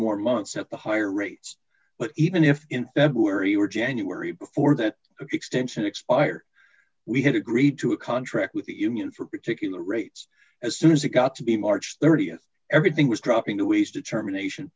more months at the higher rates but even if in february were january before that extension expired we had agreed to a contract with the union for particular rates as soon as it got to be march th everything was dropping to ease determination